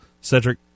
Cedric